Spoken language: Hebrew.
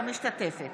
אינה משתתפת